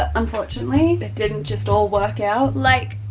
ah unfortunately, that didn't just all work out. like,